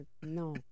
no